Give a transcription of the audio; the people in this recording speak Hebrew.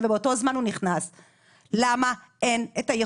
ובסופו של דבר יושב פה בן אדם והרבה אנשים כמוני שאין להם את האומץ.